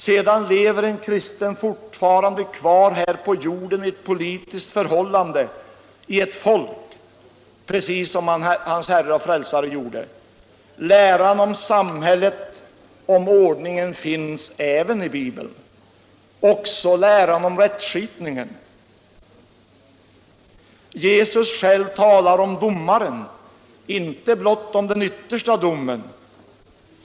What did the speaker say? Sedan lever en kristen fortfarande kvar här på jorden i ett politiskt förhållande, i ett folk, precis som hans herre och frälsare själv gjorde. Läran om samhället och ordningen finns även i Bibeln. Också läran om rättsskipningen. Jesus själv talar om domaren, inte blott om den yttersta domen.